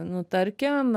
nu tarkim